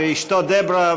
ואשתו דברה,